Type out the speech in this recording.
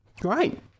Great